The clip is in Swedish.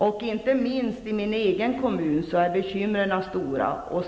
Bekymren är stora, inte minst i min hemkommun.